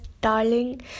Darling